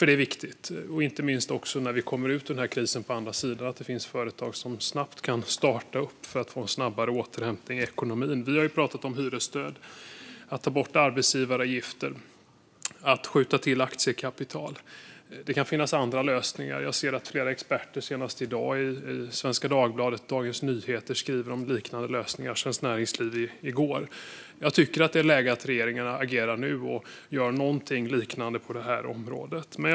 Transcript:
Det är viktigt - inte minst när vi kommer ut ur den här krisen - att det finns företag som snabbt kan starta upp för att få en snabbare återhämtning i ekonomin. Vi har pratat om att ge hyresstöd, ta bort arbetsgivaravgifter och skjuta till aktiekapital. Det kan även finnas andra lösningar. Senast i dag skrev flera experter i Svenska Dagbladet och Dagens Nyheter om liknande lösningar. Svenskt Näringsliv gjorde det i går. Jag tycker att det är läge för att regeringen agerar nu och gör någonting liknande på det här området. Fru talman!